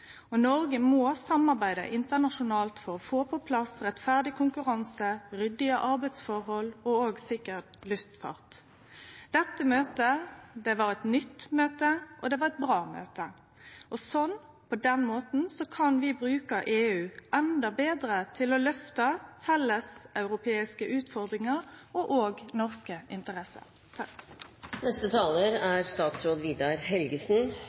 Noreg må samarbeide internasjonalt for å få på plass rettferdig konkurranse, ryddige arbeidsforhold og også sikker luftfart. Dette møtet var eit nytt møte, og det var eit bra møte. Sånn – på den måten – kan vi bruke EU enda betre til å løfte felleseuropeiske utfordringar og også norske interesser.